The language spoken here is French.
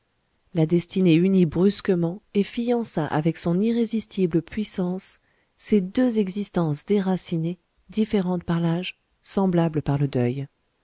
la destinée unit brusquement et fiança avec son irrésistible puissance ces deux existences déracinées différentes par l'âge semblables par le deuil